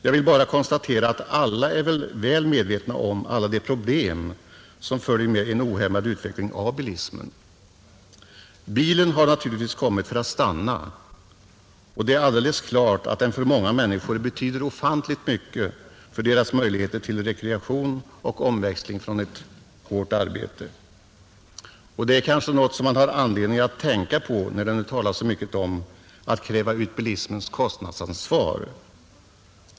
Jag vill bara konstatera att alla är väl medvetna om de många problem som följer med en ohämmad utveckling av bilismen, Bilen har naturligtvis kommit för att stanna och det är alldeles klart att den för många människor betyder ofantligt mycket för deras möjligheter till rekreation och omväxling från ett hårt arbete. Det är något som man kanske har anledning att tänka på när det nu talas så mycket om att kräva ut bilismens kostnadsansvar.